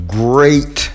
great